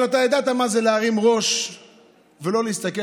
אבל אתה ידעת מה זה להרים ראש ולא להסתכל